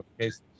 cases